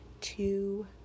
two